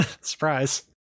surprise